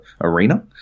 arena